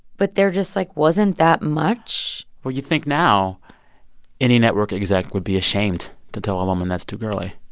but there just, like, wasn't that much well, you'd think now any network exec would be ashamed to tell a woman, that's too girly.